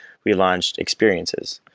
we launched experiences,